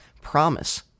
promise